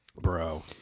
Bro